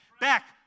back